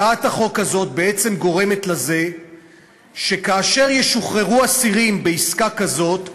הצעת החוק הזאת בעצם גורמת לזה שכאשר ישוחררו אסירים בעסקה כזאת,